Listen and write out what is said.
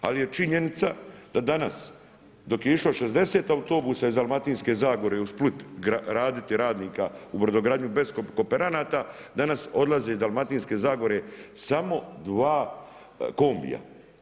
Ali je činjenica da danas, dok je išlo 60 autobusa iz Dalmatinske zagore u Split, raditi radnika u brodogradnju bez kooperanata, danas odlaze iz Dalmatinske zagore samo 2 kombija.